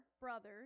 brothers